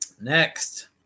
Next